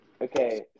Okay